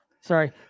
Sorry